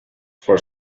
for